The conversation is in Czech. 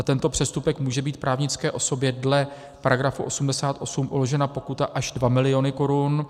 Za tento přestupek může být právnické osobě dle § 88 uložena pokuta až 2 mil. korun.